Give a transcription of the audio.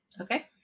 Okay